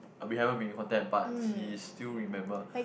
uh we haven't been in contact but he still remember